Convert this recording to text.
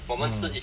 mm